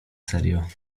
serio